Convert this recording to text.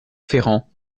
ferrand